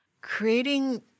creating